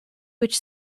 which